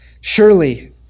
Surely